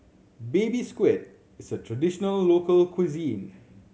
Baby Squid is a traditional local cuisine